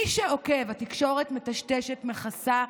מי שעוקב, התקשורת מטשטשת, מכסה,